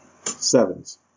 Sevens